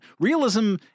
Realism